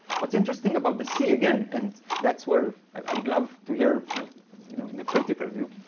what's interesting about the sea again and that's where i would love to hear kind of the critical view